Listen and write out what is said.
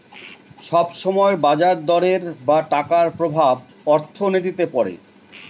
সব সময় বাজার দরের বা টাকার প্রভাব অর্থনীতিতে পড়ে